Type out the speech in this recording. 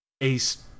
Ace